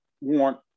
want